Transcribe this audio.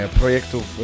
projektów